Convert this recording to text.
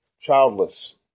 childless